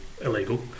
illegal